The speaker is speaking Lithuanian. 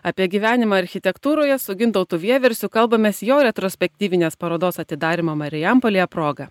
apie gyvenimą architektūroje su gintautu vieversiu kalbamės jo retrospektyvinės parodos atidarymo marijampolėje proga